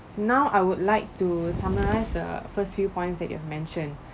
now I would like to summarize the first few points that you have mentioned